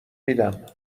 میدم